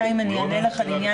אם לעסק,